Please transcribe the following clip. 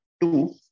two